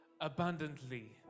abundantly